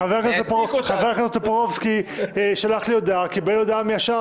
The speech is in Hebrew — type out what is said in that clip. חבר הכנסת טופורובסקי שלח לי הודעה וקיבל מייד תשובה.